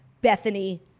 Bethany